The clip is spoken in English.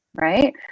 right